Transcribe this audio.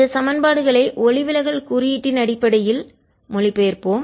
இந்த சமன்பாடுகளை ஒளிவிலகல் குறியீட்டின் அடிப்படையில் ரீபிராக்ட்டிவ் இன்டெக்ஸ் மொழிபெயர்ப்போம்